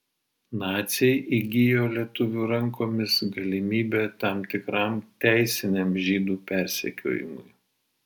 naciai įgijo lietuvių rankomis galimybę tam tikram teisiniam žydų persekiojimui